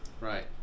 Right